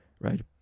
right